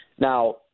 Now